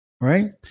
Right